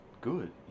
good